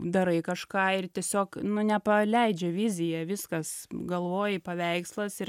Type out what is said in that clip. darai kažką ir tiesiog nu nepaleidžia vizija viskas galvoj paveikslas ir